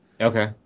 Okay